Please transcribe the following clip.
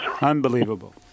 Unbelievable